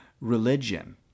religion